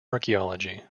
archaeology